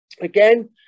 Again